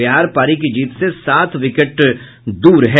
बिहार पारी की जीत से सात विकेट दूर है